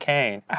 Kane